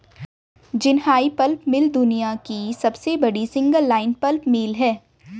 Jinhai pulp mill दुनिया की सबसे बड़ी सिंगल लाइन पल्प मिल है